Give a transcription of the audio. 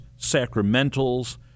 sacramentals